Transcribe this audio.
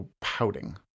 pouting